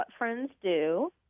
whatfriendsdo